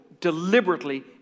deliberately